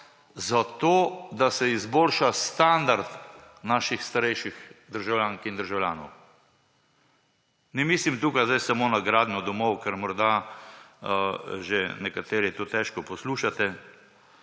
zato, da se izboljša standard naših starejših državljank in državljanov. Ne mislim tukaj sedaj samo na gradnjo domov, ker morda že nekateri to težko poslušate.